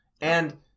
And-